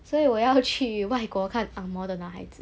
所以我要去外国看 ang moh 男孩子